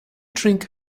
drink